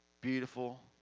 beautiful